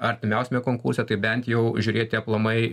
artimiausiame konkurse tai bent jau žiūrėti aplamai